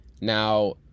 now